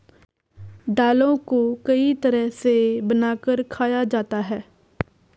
दालों को कई तरह से बनाकर खाया जाता है